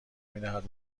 میدهد